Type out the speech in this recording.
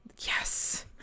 Yes